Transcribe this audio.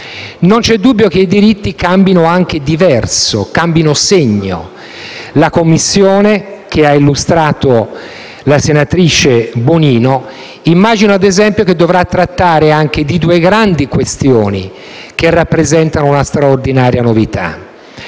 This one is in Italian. Non c'è dubbio che i diritti cambino anche di verso e cambino segno. Immagino che la Commissione che ha illustrato la senatrice Bonino dovrà, ad esempio, trattare anche di due grandi questioni che rappresentano una straordinaria novità;